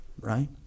right